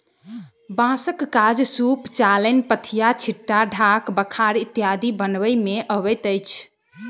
बाँसक काज सूप, चालैन, पथिया, छिट्टा, ढाक, बखार इत्यादि बनबय मे अबैत अछि